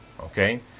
Okay